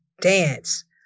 dance